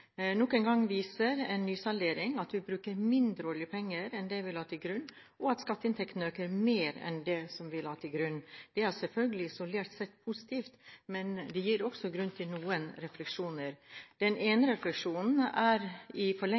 Nok en gang viser en nysaldering at vi bruker mindre oljepenger enn det vi la til grunn, og at skatteinntektene øker mer enn det vi la til grunn. Det er selvfølgelig isolert sett positivt, men det gir også grunn til noen refleksjoner. Den ene refleksjonen er i